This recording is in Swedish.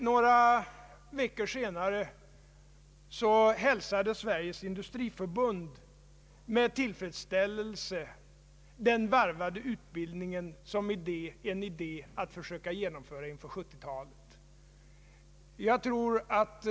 Några veckor senare hälsade Sveriges industri förbund med tillfredsställelse den varvade utbildningen som en idé att försöka genomföra inför 1970-talet.